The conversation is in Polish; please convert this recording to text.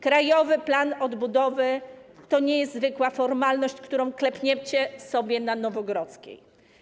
Krajowy Plan Odbudowy to nie jest zwykła formalność, którą klepniecie sobie na Nowogrodzkiej.